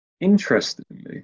Interestingly